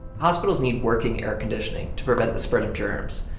hospitals need working air conditioning to prevent the spread of germs,